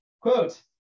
Quote